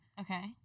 Okay